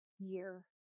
year